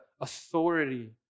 authority